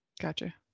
Gotcha